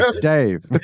Dave